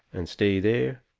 and stay there.